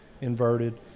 inverted